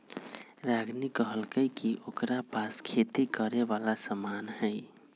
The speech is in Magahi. रागिनी कहलकई कि ओकरा पास खेती करे वाला समान हई